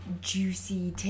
juicy